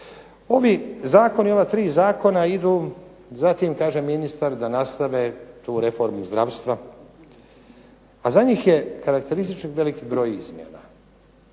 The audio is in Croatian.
Ovi zakoni, ova tri zakona idu za tim kaže ministar da nastave tu reformu zdravstva, a za njih je karakterističan veliki broj izmjena,